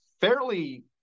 fairly